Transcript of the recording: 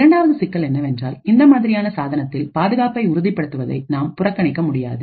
இரண்டாவதான சிக்கல் என்னவென்றால் இந்த மாதிரியான சாதனத்தில் பாதுகாப்பை உறுதிப்படுத்துவதை நாம் புறக்கணிக்க முடியாது